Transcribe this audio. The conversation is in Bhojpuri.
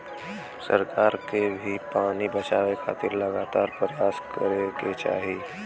सरकार के भी पानी बचावे खातिर लगातार परयास करे के चाही